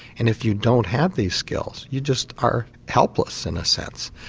and if you don't have these skills you just are helpless in a sense.